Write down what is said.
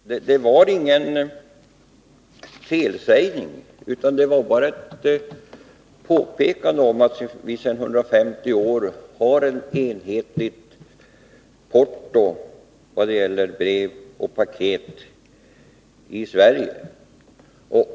Herr talman! Det var ingen felsägning; det var ett påpekande av att vi i Sverige sedan 150 år har ett enhetligt porto för brev och paket.